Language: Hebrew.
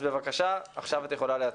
אז בבקשה, עכשיו את יכולה להציג.